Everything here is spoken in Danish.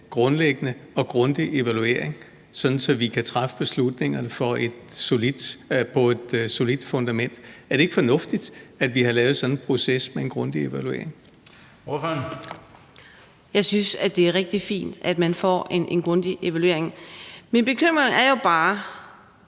grundlæggende og grundig evaluering, så vi kan træffe beslutningerne på et solidt fundament? Er det ikke fornuftigt, at vi har lavet en sådan proces med en grundig evaluering? Kl. 20:22 Den fg. formand (Bent Bøgsted): Ordføreren. Kl. 20:22 Karina